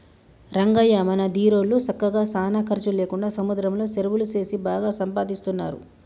రంగయ్య మన దీరోళ్ళు సక్కగా సానా ఖర్చు లేకుండా సముద్రంలో సెరువులు సేసి బాగా సంపాదిస్తున్నారు